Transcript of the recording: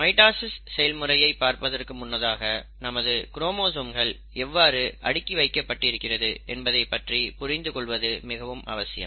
mitosis செயல்முறையை பார்ப்பதற்கு முன்னதாக நமது குரோமோசோம்கள் எவ்வாறு அடுக்கி வைக்கப்பட்டிருக்கிறது என்பதை பற்றி புரிந்து கொள்வது மிகவும் அவசியம்